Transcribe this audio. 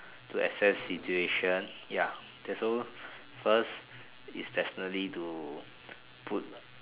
to assess situation ya so first is definitely to put